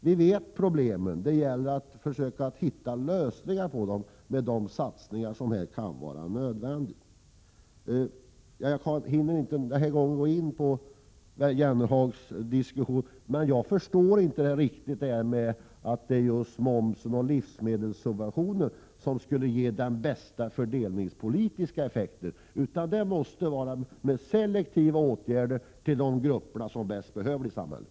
Problemen är kända, och det gäller att försöka hitta lösningar på dem med de satsningar som kan vara nödvändiga. Jag hinner inte gå närmare in på Jan Jennehags diskussion, men jag vill säga att jag inte riktigt förstår detta med att det är just momsen och livsmedelssubventionerna som skulle ge den bästa fördelningspolitiska effekten. Det måste vara selektiva åtgärder till de grupper i samhället som bäst behöver det.